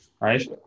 right